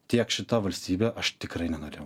tiek šita valstybė aš tikrai nenorėjau